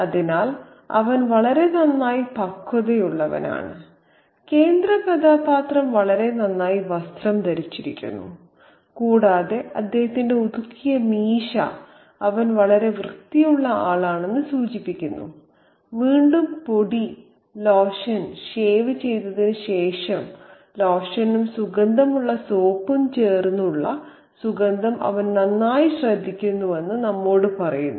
അതിനാൽ അവൻ വളരെ നന്നായി പക്വതയുള്ളവനാണ് കേന്ദ്രകഥാപാത്രം വളരെ നന്നായി വസ്ത്രം ധരിച്ചിരിക്കുന്നു കൂടാതെ അദ്ദേഹത്തിന്റെ ഒതുക്കിയ മീശ അവൻ വളരെ വൃത്തിയുള്ള ആളാണെന്ന് സൂചിപ്പിക്കുന്നു വീണ്ടും പൊടി ലോഷൻ ഷേവ് ചെയ്തതിന് ശേഷം ലോഷനും സുഗന്ധമുള്ള സോപ്പും ചേർന്നുള്ള സുഗന്ധം അവൻ നന്നായി ശ്രദ്ധിക്കുന്നുവെന്ന് നമ്മോട് പറയുന്നു